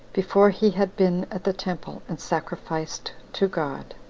before he had been at the temple and sacrificed to god.